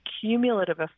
cumulative